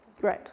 Great